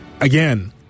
Again